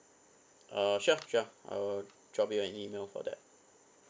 uh sure sure I will drop you an email for that